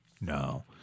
No